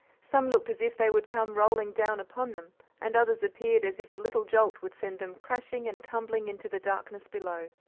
some looked as if they would come rolling down upon them and others appeared as if a little jolt would send them crashing and tumbling into the darkness below.